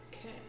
Okay